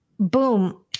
boom